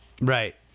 Right